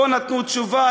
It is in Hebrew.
לא נתנו תשובה.